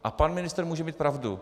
A pan ministr může mít pravdu.